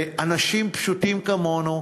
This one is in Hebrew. אלה אנשים פשוטים כמונו,